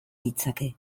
ditzake